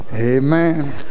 Amen